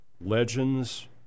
legends